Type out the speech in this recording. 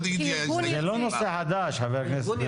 זה לא נושא חדש, חבר הכנסת פינדרוס.